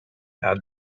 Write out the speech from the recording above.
had